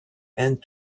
and